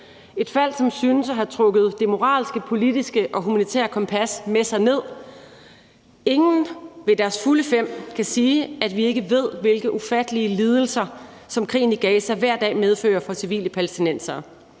et fald, som synes at have trukket det moralske, politiske og humanitære kompas med sig ned. Ingen ved deres fulde fem kan sige, at vi ikke ved, hvilke ufattelige lidelser krigen i Gaza hver dag medfører for civile palæstinensere.